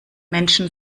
menschen